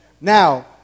Now